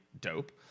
Dope